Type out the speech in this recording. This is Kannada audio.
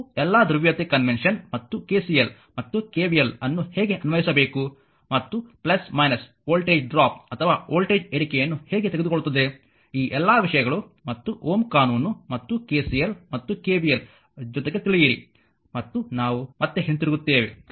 ಮತ್ತು ಎಲ್ಲಾ ಧ್ರುವೀಯತೆ ಕನ್ವೆನ್ಷನ್ ಮತ್ತು KCL ಮತ್ತು KVL ಅನ್ನು ಹೇಗೆ ಅನ್ವಯಿಸಬೇಕು ಮತ್ತು ವೋಲ್ಟೇಜ್ ಡ್ರಾಪ್ ಅಥವಾ ವೋಲ್ಟೇಜ್ ಏರಿಕೆಯನ್ನು ಹೇಗೆ ತೆಗೆದುಕೊಳ್ಳುತ್ತದೆ ಈ ಎಲ್ಲ ವಿಷಯಗಳು ಮತ್ತು Ω ಕಾನೂನು ಮತ್ತು KCL ಮತ್ತು KVL ಜೊತೆಗೆ ತಿಳಿಯಿರಿ ಮತ್ತು ನಾವು ಮತ್ತೆ ಹಿಂತಿರುಗುತ್ತೇವೆ